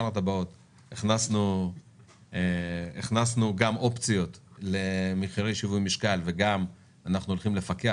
הכנסנו גם אופציות למחירי שיווי משקל וגם אנחנו הולכים לפקח